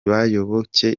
bayoboke